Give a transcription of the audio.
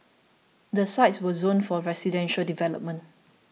the sites were zoned for residential development